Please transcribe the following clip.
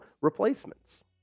replacements